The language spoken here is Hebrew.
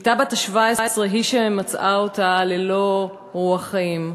בתה בת ה-17 היא שמצאה אותה ללא רוח חיים.